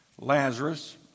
Lazarus